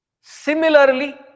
Similarly